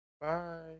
Bye